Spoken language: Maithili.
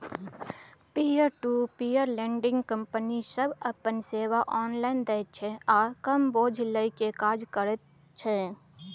peer to peer lending company सब अपन सेवा ऑनलाइन दैत छै आ कम बोझ लेइ के काज करे करैत छै